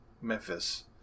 Memphis